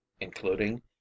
including